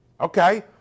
Okay